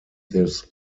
this